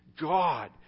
God